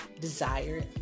desire